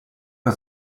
del